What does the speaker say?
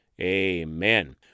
Amen